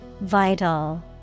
Vital